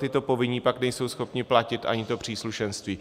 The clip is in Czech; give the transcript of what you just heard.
tito povinní pak nejsou schopni platit ani to příslušenství.